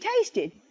tasted